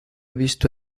visto